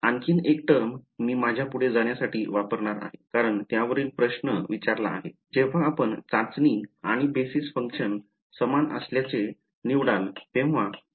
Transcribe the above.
आणखी एक टर्म मी माझ्या पुढे जाण्यासाठी वापरणार आहे कारण त्यावरील प्रश्न विचारला आहे जेव्हा आपण चाचणी आणि बेसिस फंक्शन्स समान असल्याचे निवडाल तेव्हा